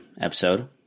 episode